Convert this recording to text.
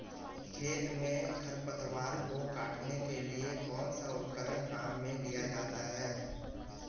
खेत में खरपतवार को काटने के लिए कौनसा उपकरण काम में लिया जाता है?